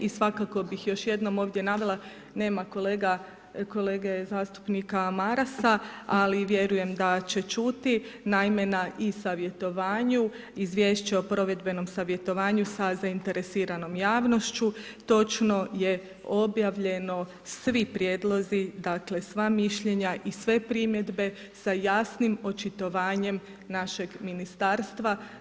I svakako bi još jednom ovdje navela, nema kolege zastupnika Marasa, ali vjerujem da će čuti, naime na i-savjetovanju, izvješće o provedbenom savjetovanju sa zainteresiranom javnošću, točno je objavljeno svi prijedlozi, dakle, sva mišljenja i sve primjedbe sa jasnim očitovanje našeg ministarstva.